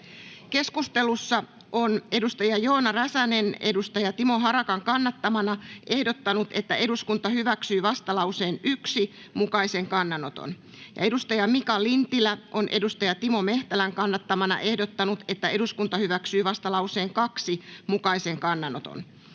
Keskustelussa Joona Räsänen on Timo Harakan kannattamana ehdottanut, että eduskunta hyväksyy vastalauseen 1 mukaisen kannanoton, Mika Lintilä on Timo Mehtälän kannattamana ehdottanut, että eduskunta hyväksyy vastalauseen 2 mukaisen kannanoton,